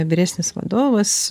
vyresnis vadovas